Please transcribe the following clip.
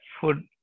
food